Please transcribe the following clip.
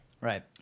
Right